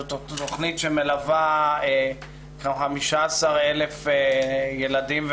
זו תוכנית שמלווה כבר 15,000 ילדים,